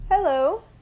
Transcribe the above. Hello